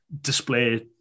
display